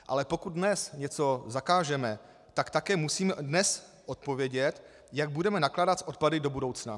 Ale pokud dnes něco zakážeme, tak také musíme dnes odpovědět, jak budeme nakládat s odpady do budoucna.